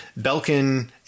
Belkin